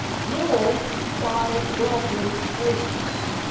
ruled by wealthy croesus,